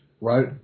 right